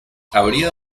habría